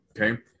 okay